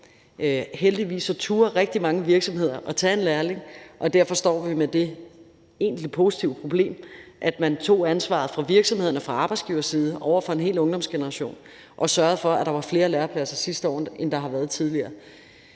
Heldigvis turde rigtig mange virksomheder tage en lærling, og derfor står vi med det egentlig positive problem, at man tog ansvaret fra virksomhedernes side, fra arbejdsgiverside, over for en hel ungdomsgeneration og sørgede for, at der var flere lærepladser sidste år, end der har været tidligere.